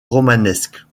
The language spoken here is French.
romanesque